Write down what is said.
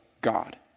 God